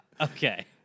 Okay